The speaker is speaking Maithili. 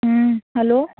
हुँ हेलो